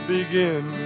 Begin